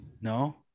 No